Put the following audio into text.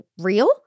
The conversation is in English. real